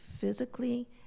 physically